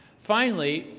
finally,